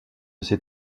ses